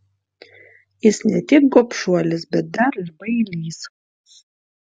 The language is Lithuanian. jis ne tik gobšuolis bet dar ir bailys